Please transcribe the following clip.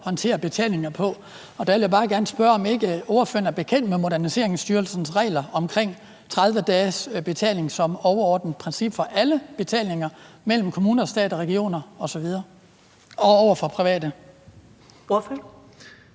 håndtere betalinger på. Der vil jeg bare gerne spørge, om ikke ordføreren er bekendt med Moderniseringsstyrelsens regler om 30 dages betalingsfrist som overordnet princip for alle betalinger mellem kommuner, stat og regioner osv. og over for private. Kl.